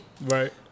Right